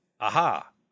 Aha